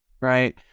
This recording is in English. right